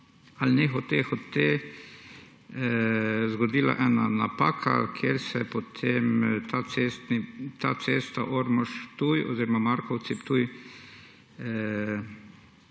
ali nehote, hote zgodila ena napaka, kje se je potem ta cesta Ormož-Ptuj oziroma Markovci-Ptuj